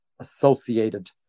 associated